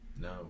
No